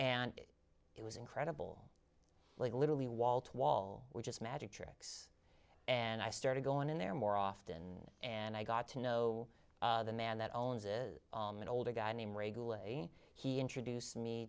and it was incredible like literally wall to wall which is magic tricks and i started going in there more often and i got to know the man that owns is an older guy named regularly he introduced me